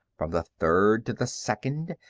from the third to the second,